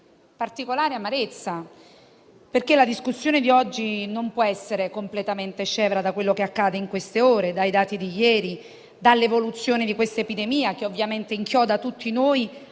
la discussione di oggi non può non essere completamente scevra da ciò che accade in queste ore, dai dati di ieri e dall'evoluzione dell'epidemia in corso che inchioda tutti noi